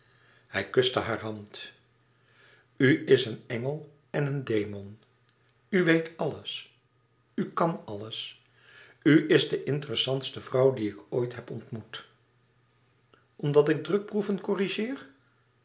hij kuste hare hand u is een engel en een demon u weet alles u kan alles u is de interessantste vrouw die ik ooit heb ontmoet omdat ik drukproeven corrigeer